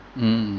mm